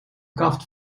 kaft